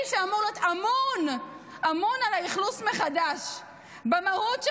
האיש שאמור להיות אמון על האכלוס מחדש במהות שלו,